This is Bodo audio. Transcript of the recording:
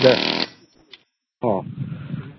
दे अ